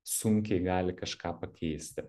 sunkiai gali kažką pakeisti